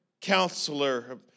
counselor